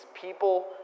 people